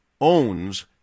owns